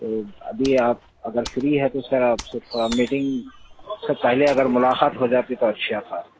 تو ابھی آپ اگر فری ہیں تو سر آپ سے فارمیٹنگ سے پہلے اگر ملاقات ہو جاتی تو اچھا تھا